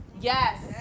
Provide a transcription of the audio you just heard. yes